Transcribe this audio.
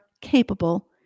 capable